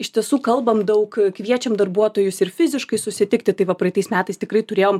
iš tiesų kalbam daug kviečiam darbuotojus ir fiziškai susitikti tai va praeitais metais tikrai turėjom